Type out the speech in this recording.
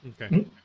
okay